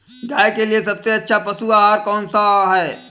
गाय के लिए सबसे अच्छा पशु आहार कौन सा है?